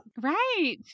Right